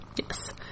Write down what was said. Yes